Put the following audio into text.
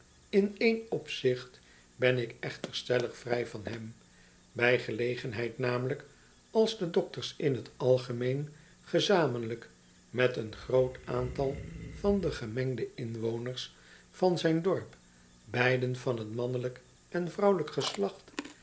in één opzicht ben ik echter stellig vrij van hem bij gelegenheid namelijk als de dokters in t algemeen gezamenlijk met een groot aantal van de gemengde inwoners van zijn dorp beiden van t mannelijk en vrouwelijk geslacht